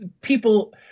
people